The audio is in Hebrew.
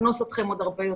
נקנוס אתכם עוד הרבה יותר,